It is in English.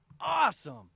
Awesome